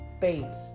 Bates